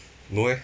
no eh